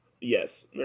Yes